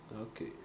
okay